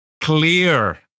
clear